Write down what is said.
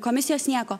komisijos nieko